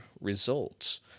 results